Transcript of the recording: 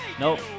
Nope